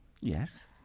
Yes